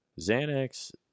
Xanax